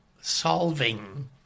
solving